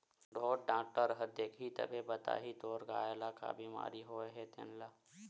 ढ़ोर डॉक्टर ह देखही तभे बताही तोर गाय ल का बिमारी होय हे तेन ल